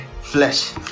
flesh